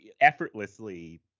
effortlessly